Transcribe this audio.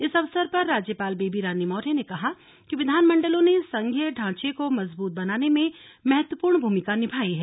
इस अवसर पर राज्यपाल बेबी रानी मौर्य ने कहा कि विधानमंडलों ने संघीय ढांचे को मजबूत बनाने में महत्वपूर्ण भूमिका निभाई है